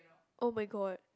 [oh]-my-god